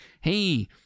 hey